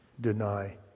deny